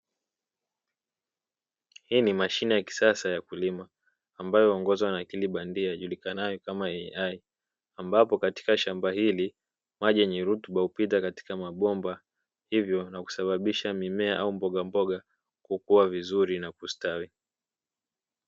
Hii ni mashine ya kisasa ya kulima, ambayo huongozwa na akili bandia ijulikanayo kama "AI", ambapo katika shamba hili maji yenye rutuba hupita katika mabomba, hivyo na kusababisha mimea au mbogamboga kukua vizuri na kustawi.